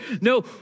No